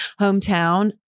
hometown